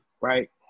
right